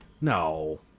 No